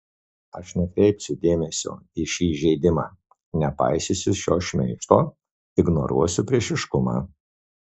aš nekreipsiu dėmesio į šį įžeidimą nepaisysiu šio šmeižto ignoruosiu priešiškumą